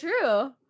true